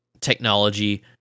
technology